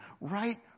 Right